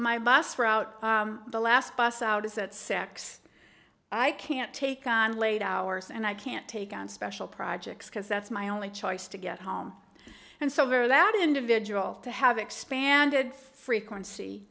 my bus route the last bus out is at six i can't take on late hours and i can't take on special projects because that's my only choice to get home and so for that individual to have expanded frequency